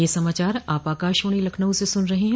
ब्रे क यह समाचार आप आकाशवाणी लखनऊ से सुन रहे हैं